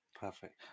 Perfect